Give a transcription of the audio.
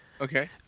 Okay